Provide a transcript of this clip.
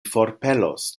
forpelos